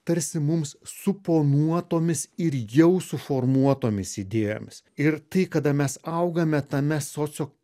tarsi mums suponuotomis ir jau suformuotomis idėjomis ir tai kada mes augame tame socio